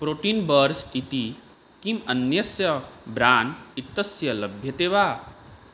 protein bars इति किम् अन्यस्य ब्राण्ड् इत्यस्य लभ्यते वा